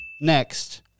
Next